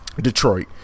detroit